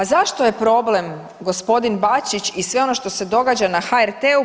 A zašto je problem gospodin Bačić i sve ono što se događa na HRT-u?